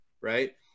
right